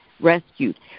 rescued